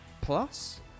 Plus